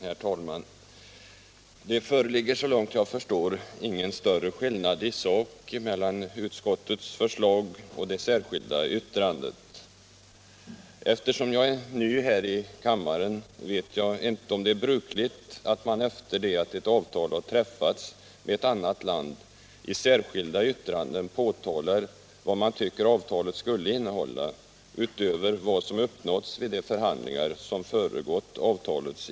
Herr talman! Det föreligger så långt jag förstår ingen större skillnad i sak mellan utskottets förslag och det särskilda yttrandet. Eftersom jag är ny här i kammaren vet jag inte om det är brukligt att man, efter det att ett avtal har träffats med ett annat land, i särskilda yttranden framhåller vad man tycker att avtalet skulle innehålla, utöver vad som uppnåtts vid de förhandlingar som föregått avtalet.